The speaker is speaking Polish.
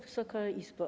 Wysoka Izbo!